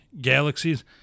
galaxies